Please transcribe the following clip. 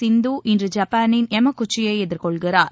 சிந்து இன்று ஜப்பானின் யமாகுச்சியை எதிர்கொள்கிறார்